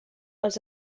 els